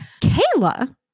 Kayla